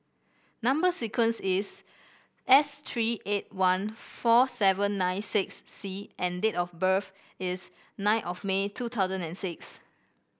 number sequence is S tree eight one four seven nine six C and date of birth is nine May two thousand and six